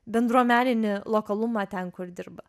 bendruomeninį lokalumą ten kur dirba